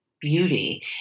beauty